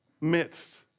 midst